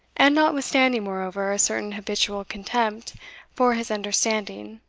and notwithstanding, moreover, a certain habitual contempt for his understanding,